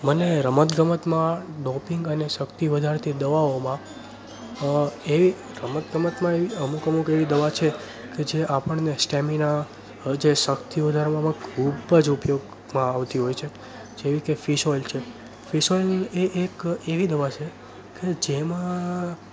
મને રમતગમતમાં ડોપિંગ અને શક્તિ વધારતી દવાઓમાં રમતગમતમાં એવી અમુક અમુક દવા છે જે આપણને સ્ટેમિના જે શક્તિ વધારવામાં ખૂબ જ ઉપયોગમાં આવતી હોય છે જેવી કે ફિશ ઓઈલ છે ફિશ ઓઈલ એ એક એવી દવા છે કે જેમાં